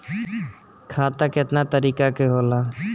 खाता केतना तरीका के होला?